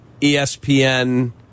ESPN